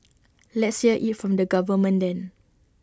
let's hear IT from the government then